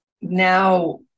Now